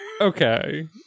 Okay